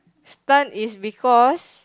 stun is because